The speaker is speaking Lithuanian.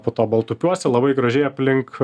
po to baltupiuose labai gražiai aplink